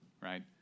right